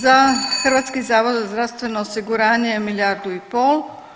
Za Hrvatski zavod za zdravstveno osiguranje milijardu i pol.